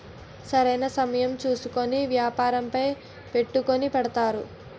సరైన సమయం చూసుకొని వ్యాపారంపై పెట్టుకుని పెడతారు